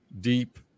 deep